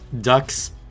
Ducks